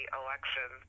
election